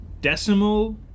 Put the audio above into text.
decimal